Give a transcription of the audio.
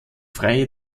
freie